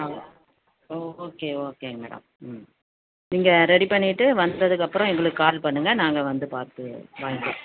ஆ okay okay madam hmm நீங்கள் ready பண்ணிட்டு வந்தறதுக்கப்புறம் எங்களுக்கு கால் பண்ணுங்கள் நாங்கள் வந்து பார்த்து வாங்கிக்கிறோம்